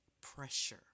pressure